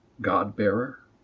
God-bearer